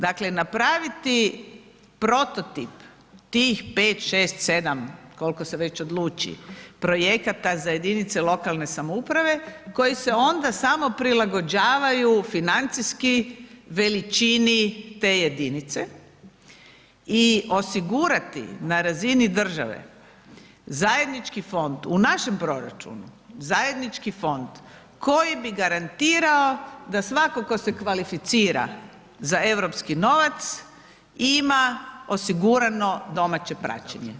Dakle, napraviti prototip tih 5, 6, 7 koliko se već odluči projekata za jedinice lokalne samouprave koji se onda samo prilagođavaju financijski veličini te jedinice i osigurati na razini države zajednički fond u našem proračunu, zajednički fond koji bi garantirao da svatko tko se kvalificira za europski novac ima osigurano domaće praćenje.